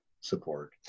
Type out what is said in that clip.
Support